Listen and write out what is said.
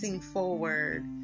forward